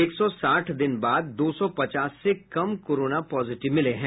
एक सौ साठ दिन बाद दो सौ पचास से कम कोरोना पॉजिटिव मिले हैं